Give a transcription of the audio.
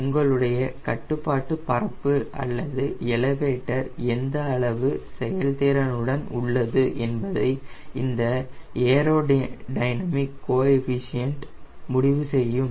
உங்களுடைய கட்டுப்பாட்டு பரப்பு அல்லது எலவேட்டர் எந்த அளவு செயல்திறனுடன் உள்ளது என்பதை இந்த ஏரோடைனமிக் கோஎஃபிஷியன்ட் முடிவு செய்யும்